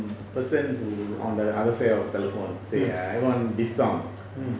person who on the other side of the telephone say I want this song